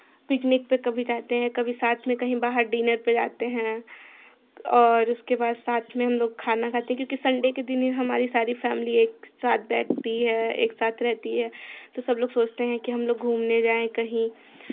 picnic पे कभी जाते हैं कभी साथ में कहीं बाहर डिनर पे जाते हैं और उसके बाद साथ में हमलोग खाना खाते हैं क्योंकि संडे के दिन ही हमारी सारी फैमिली एकसाथ बैठती है एकसाथ रहती है तो सबलोग सोचते हैं कि हमलोग घूमने जाएँ कहीं